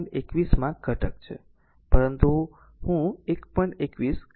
21 માં ઘટક છે પરંતુ હું 1